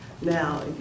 Now